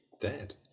dead